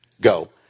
Go